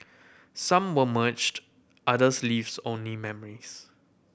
some were merged others leaves only memories